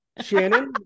Shannon